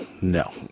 No